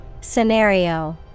Scenario